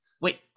Wait